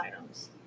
items